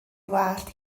wallt